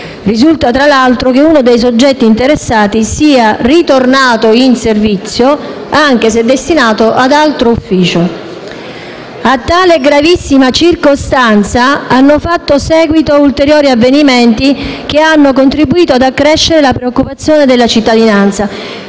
Risulta, tra l'altro, che uno dei soggetti interessati sia ritornato in servizio, anche se destinato ad altro ufficio. A tale gravissima circostanza hanno fatto seguito ulteriori avvenimenti, che hanno contribuito ad accrescere la preoccupazione della cittadinanza